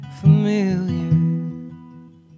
familiar